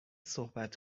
صحبت